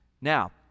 Now